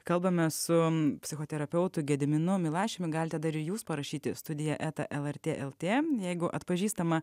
kalbame su psichoterapeutu gediminu milašiumi galite dar ir jūs parašyti studija eta lrt lt jeigu atpažįstama